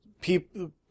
people